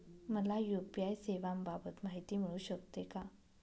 मला यू.पी.आय सेवांबाबत माहिती मिळू शकते का?